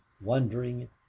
wondering